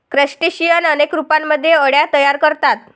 crustacean अनेक रूपांमध्ये अळ्या तयार करतात